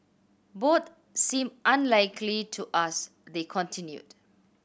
both seem unlikely to us they continued